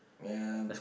yeah